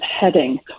heading